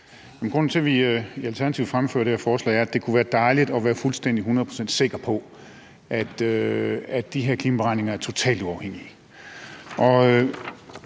Grunden til, at vi i Alternativet fremsætter det her forslag, er, at det kunne være dejligt at være fuldstændig, hundrede procent sikre på, at de her klimaberegninger er totalt uafhængige.